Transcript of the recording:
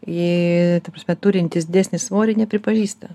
į ta prasme turintys didesnį svorį nepripažįsta